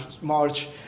march